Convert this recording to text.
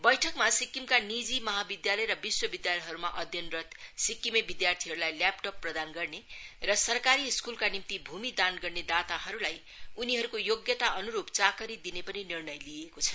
बैठ्कमा सिक्किमका निजी महाविधालय र विश्वविधालयहरूमा अध्ययनरत सिक्किमे विध्यार्थीहरूलाई लेपटप प्रदान गर्ने र सरकारी स्कूलका निम्ति भूमिदान गर्ने दाताहरूलाई उनीहरूको योग्यता अन्रूप चाकरी दिने पनि निर्णय लिइएको छ